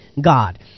God